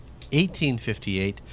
1858